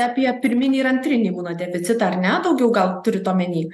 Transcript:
apie pirminį ir antrinį imunodeficitą ar ne daugiau gal turit omeny